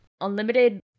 Unlimited